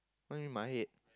what do you mean my head